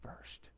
first